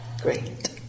Great